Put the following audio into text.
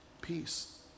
Peace